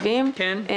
רוב ההודעה אושרה.